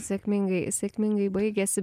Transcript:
sėkmingai sėkmingai baigėsi